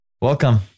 Welcome